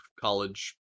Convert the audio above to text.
college